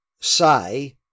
say